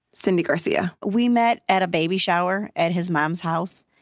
cindy garcia we met at a baby shower at his mom's house.